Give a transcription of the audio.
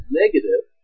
negative